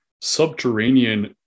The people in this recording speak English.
subterranean